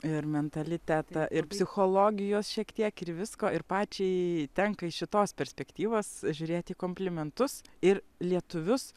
ir mentalitetą ir psichologijos šiek tiek ir visko ir pačiai tenka iš šitos perspektyvos žiūrėt į komplimentus ir lietuvius